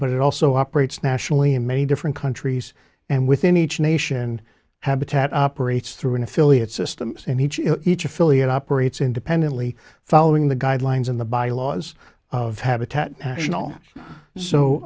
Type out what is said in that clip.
but it also operates nationally in many different countries and within each nation habitat operates through an affiliate system each affiliate operates independently following the guidelines in the by laws of habitat national so